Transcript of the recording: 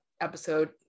episode